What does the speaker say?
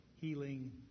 healing